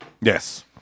Yes